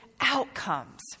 outcomes